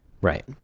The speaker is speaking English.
Right